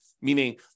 meaning